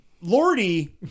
Lordy